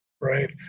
right